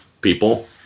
people